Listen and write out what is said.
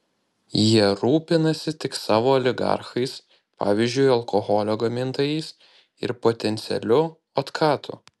jie rūpinasi tik savo oligarchais pavyzdžiui alkoholio gamintojais ir potencialiu otkatu